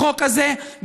החוק הזה,